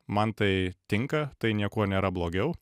man tai tinka tai niekuo nėra blogiau